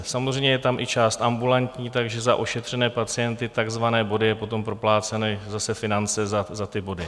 Samozřejmě je tam i část ambulantní, takže za ošetřené pacienty takzvané body jsou potom propláceny, zase finance za ty body.